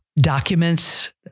documents